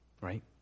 Right